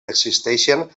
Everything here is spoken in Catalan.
existeixen